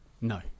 No